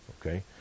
Okay